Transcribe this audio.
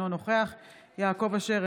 אינו נוכח יעקב אשר,